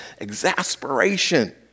exasperation